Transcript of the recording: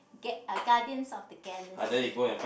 get uh Guardians of the Galaxy